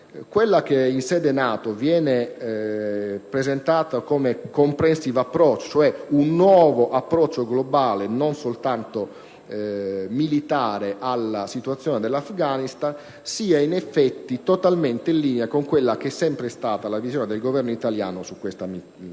quella che in sede NATO viene presentata come un *comprehensive approach*, cioè un nuovo approccio globale, non soltanto militare, alla situazione dell'Afghanistan, sia in effetti totalmente in linea con quella che è sempre stata la visione del Governo italiano su questa missione.